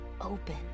open